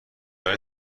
برای